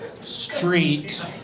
Street